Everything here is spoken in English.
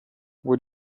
where